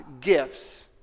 gifts